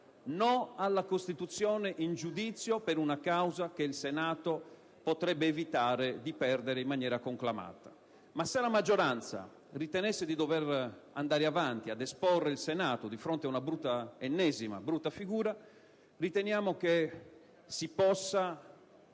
alla costituzione in giudizio per una causa che il Senato potrebbe evitare di perdere in maniera conclamata. Se, tuttavia, la maggioranza ritenesse di dover andare avanti esponendo il Senato ad una ennesima brutta figura riteniamo che si possa